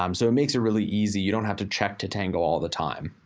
um so it makes it really easy. you don't have to check tatango all the time.